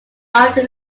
after